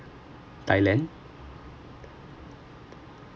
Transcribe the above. thailand